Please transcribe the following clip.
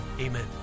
Amen